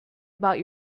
about